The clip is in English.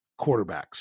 quarterbacks